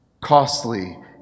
Costly